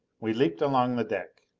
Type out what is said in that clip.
we leaped along the deck.